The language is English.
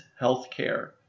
healthcare